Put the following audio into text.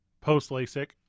post-LASIK